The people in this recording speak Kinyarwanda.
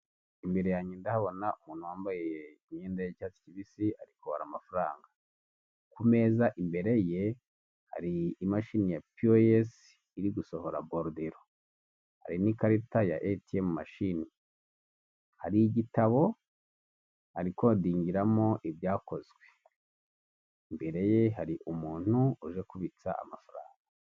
Imbere yanjye ndahabona umuntu wambaye imyenda y'icyatsi kibisi ari kubara amafaranga, ku meza imbere ye hari imashini ya piyoyesi iri gusohora borudero, hari n'ikarita ya eyitiyemu mashini, hari igitabo arikodingiramo ibyakozwe, imbere ye hari umuntu uje kubitsa amafaranga.